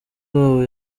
wabo